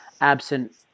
absent